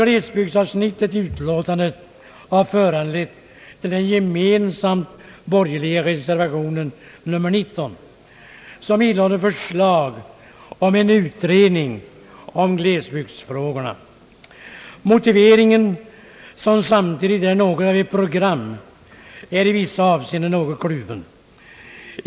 Glesbygdsavsnittet i utlåtandet har föranlett den gemensamma borgerliga reservationen nr 19, som innehåller förslag beträffande utredning om glesbygdsfrågorna. Motiveringen, som samtidigt utgör något av ett program, är i vissa avseenden litet kluven.